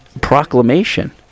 proclamation